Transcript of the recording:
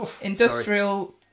industrial